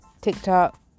TikTok